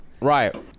Right